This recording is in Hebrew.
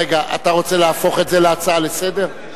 רגע, אתה רוצה להפוך את זה להצעה לסדר-היום?